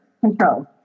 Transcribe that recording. control